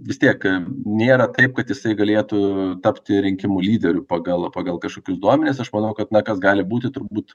vis tiek nėra taip kad jisai galėtų tapti rinkimų lyderiu pagal pagal kažkokius duomenis aš manau kad na kas gali būti turbūt